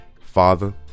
Father